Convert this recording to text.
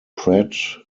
pratt